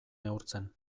neurtzen